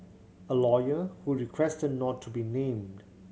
a lawyer who requested not to be named